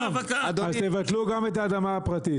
אז תבטלו גם את האדמה הפרטית,